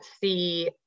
see